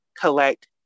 collect